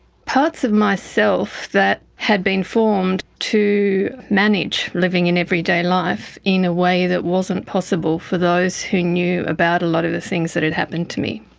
parts of myself that had been formed to manage living in everyday life in a way that wasn't possible for those who knew about a lot of the things that had happened to me.